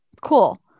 cool